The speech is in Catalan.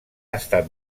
estat